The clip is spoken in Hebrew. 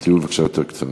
אז תהיו בבקשה יותר קצרים.